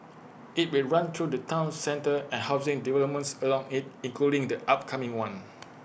IT will run through the Town centre and housing developments along IT including the upcoming one